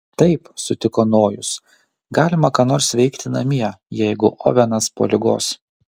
taip sutiko nojus galima ką nors veikti namie jeigu ovenas po ligos